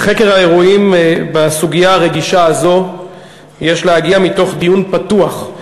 אל חקר האירועים בסוגיה הרגישה הזו יש להגיע מתוך דיון פתוח,